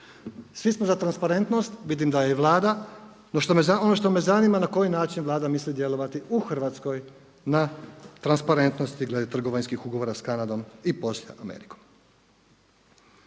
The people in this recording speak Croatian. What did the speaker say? Svi smo za transparentnost, vidim da je i Vlada. No, ono što me zanima na koji način Vlada misli djelovati u Hrvatskoj na transparentnosti glede trgovinskih ugovora sa Kanadom i …/Govornik